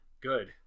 Good